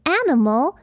animal